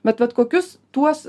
bet vat kokius tuos